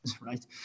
right